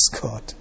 God